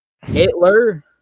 hitler